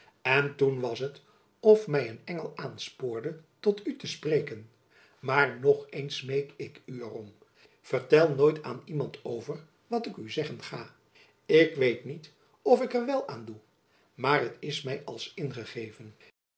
en toen was het of my een engel aanspoorde tot u te spreken maar nog eens smeek ik er u om vertel nooit aan iemand over wat ik u zeggen ga ik weet niet of ik er wel aan doe maar het is my als